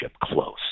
close